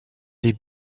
les